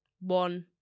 one